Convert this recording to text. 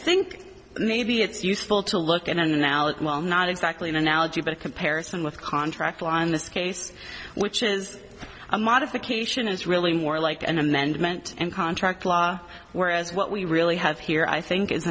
think maybe it's useful to look at an analogy well not exactly an analogy but a comparison with contract law in this case which is a modification is really more like an amendment and contract law whereas what we really have here i think i